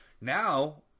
now